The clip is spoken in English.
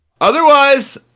Otherwise